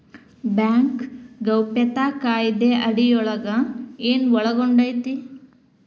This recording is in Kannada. ಬ್ಯಾಂಕ್ ಗೌಪ್ಯತಾ ಕಾಯಿದೆ ಅಡಿಯೊಳಗ ಏನು ಒಳಗೊಂಡೇತಿ?